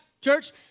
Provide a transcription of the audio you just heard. church